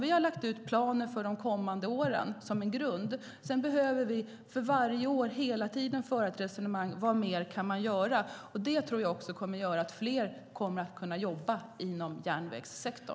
Vi har lagt ut planen för de kommande åren som en grund. Sedan behöver vi hela tiden föra ett resonemang om vad man kan göra mer från år till år. Det tror jag också kommer att göra att fler kan jobba inom järnvägssektorn.